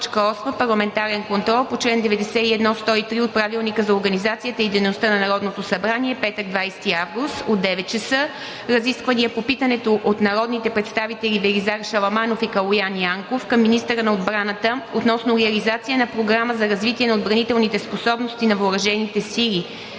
г. 8. Парламентарен контрол по чл. 91 – 103 от Правилника за организацията и дейността на Народното събрание – петък, 20 август, от 9:00 часа., включващ: 8.1. Разисквания по питането от народните представители Велизар Шаламанов и Калоян Янков към министъра на отбраната относно реализация на Програма за развитие на отбранителните способности на въоръжените